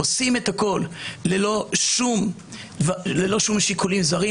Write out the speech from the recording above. עושים את הכל ללא שום שיקולים זרים,